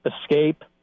escape